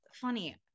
funny